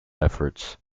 efforts